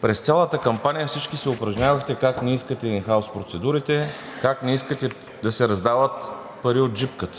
През цялата кампания всички се упражнявахте как не искате ин хаус процедурите, как не искате да се раздават пари от джипката.